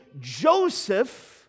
Joseph